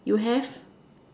you have